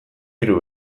hiru